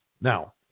Now